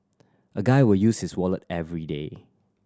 a guy will use his wallet everyday